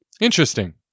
Interesting